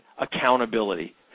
accountability